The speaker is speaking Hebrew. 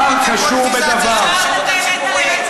זאת פוליטיזציה של השירות הציבורי,